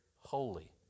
Holy